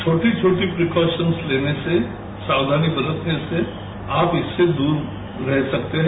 छोटी छोटी प्रीक्काशंस लेने रो साक्षानी बरतने से आप इससे दूर रह सकते हैं